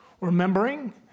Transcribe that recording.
remembering